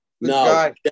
No